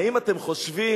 האם אתם חושבים,